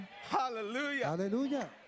Hallelujah